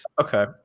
Okay